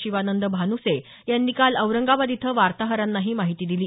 शिवानंद भान्से यांनी काल औरंगाबाद इथं वार्ताहरांना ही माहिती दिली